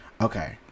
okay